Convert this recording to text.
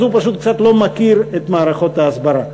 אז הוא פשוט קצת לא מכיר את מערכות ההסברה.